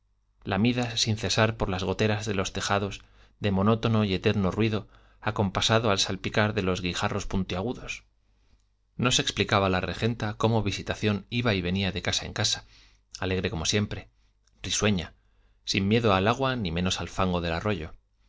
abandono lamidas sin cesar por las goteras de los tejados de monótono y eterno ruido acompasado al salpicar los guijarros puntiagudos no se explicaba la regenta cómo visitación iba y venía de casa en casa alegre como siempre risueña sin miedo al agua ni menos al fango del arroyo